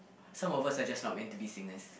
some of us are just not meant to be singers